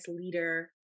leader